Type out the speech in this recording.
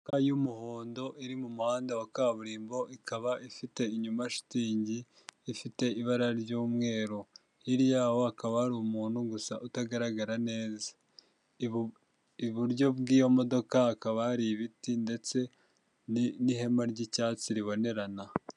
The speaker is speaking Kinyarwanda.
Imodoka y'umuhondo iri mu muhanda wa kaburimbo ikaba ifiteyuma shitingi ifite ibara ry'umweru hirya yawo akaba ari umuntu gusa utagaragara neza iburyo bw'iyo modoka akaba ari ibiti ndetse n'ihema ry'icyatsi ribonerana.